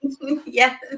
yes